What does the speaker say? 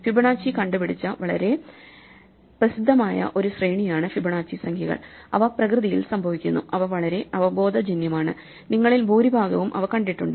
Fibonacci കണ്ടുപിടിച്ച വളരെ പ്രസിദ്ധമായ ഒരു ശ്രേണിയാണ് ഫിബൊനാച്ചി സംഖ്യകൾ അവ പ്രകൃതിയിൽ സംഭവിക്കുന്നു അവ വളരെ അവബോധജന്യമാണ് നിങ്ങളിൽ ഭൂരിഭാഗവും അവ കണ്ടിട്ടുണ്ട്